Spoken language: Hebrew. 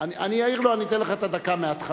אני אעיר לו, אני אתן לך את הדקה מהתחלה.